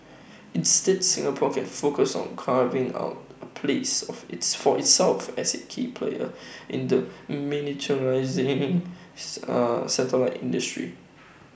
instead Singapore can focus on carving out A place of its for itself as A key player in the miniaturised A satellite industry